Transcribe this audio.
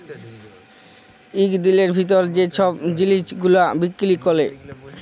ইক দিলের ভিতরে যে ছব জিলিস গুলা বিক্কিরি ক্যরে